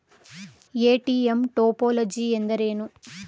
ATM topology ಎಂದರೇನು?